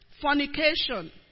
Fornication